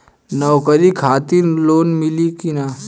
नौकरी खातिर लोन मिली की ना?